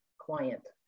client